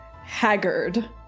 haggard